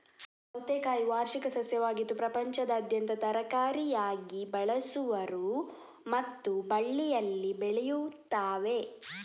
ಸೌತೆಕಾಯಿ ವಾರ್ಷಿಕ ಸಸ್ಯವಾಗಿದ್ದು ಪ್ರಪಂಚದಾದ್ಯಂತ ತರಕಾರಿಯಾಗಿ ಬಳಸುವರು ಮತ್ತು ಬಳ್ಳಿಯಲ್ಲಿ ಬೆಳೆಯುತ್ತವೆ